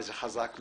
וזה חזק מאוד.